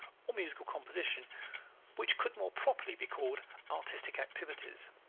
or musical composition which could more properly be called artistic activities.